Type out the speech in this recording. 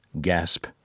gasp